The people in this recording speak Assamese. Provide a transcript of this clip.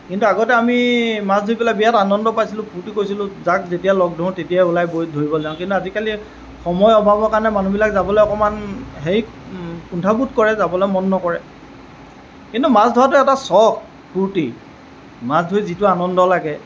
কিন্তু আগতে আমি মাছ ধৰি পেলাই বিৰাট আনন্দ পাইছিলোঁ ফূৰ্ত্তি কৰিছিলোঁ যাক যেতিয়া লগ ধৰোঁ তেতিয়াই গৈ ধৰিবলৈ যাওঁ কিন্তু আজিকালি সময়ৰ অভাৱৰ কাৰণে মানুহবিলাকে যাবলৈ অকমান হেৰিত কুণ্ঠাবোধ কৰে যাবলৈ মন নকৰে কিন্তু মাছ ধৰাটো এটা ছশ ফূৰ্ত্তি মাছ ধৰি যিটো আনন্দ লাগে